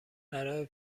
برای